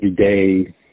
everyday